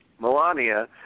Melania